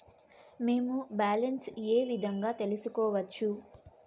మేము బ్యాలెన్స్ ఏ విధంగా తెలుసుకోవచ్చు?